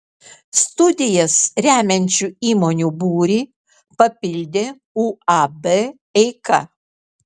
studijas remiančių įmonių būrį papildė uab eika